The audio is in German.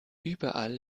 überall